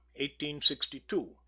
1862